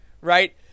right